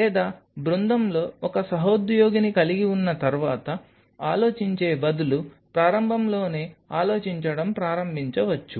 లేదా బృందంలో ఒక సహోద్యోగిని కలిగి ఉన్న తర్వాత ఆలోచించే బదులు ప్రారంభంలోనే ఆలోచించడం ప్రారంభించవచ్చు